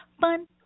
Fun